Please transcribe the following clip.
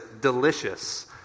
delicious